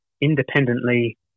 independently